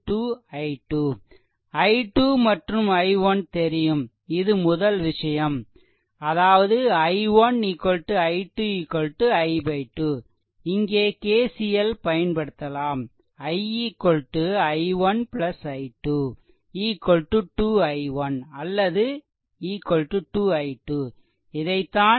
i2 மற்றும் i1 தெரியும் இது முதல் விஷயம் அதாவது i1 i2 i2 இங்கே KCL பயன்படுத்தலாம் i i1 i2 2i1 அல்லது 2 i2 இதைதான் இங்கே எழுதியுள்ளோம்